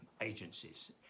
agencies